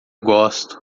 gosto